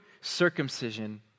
circumcision